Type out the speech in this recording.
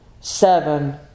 seven